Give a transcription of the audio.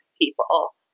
people